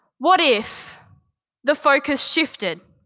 what if the focus shifted